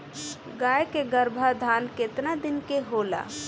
गाय के गरभाधान केतना दिन के होला?